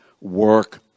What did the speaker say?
work